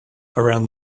around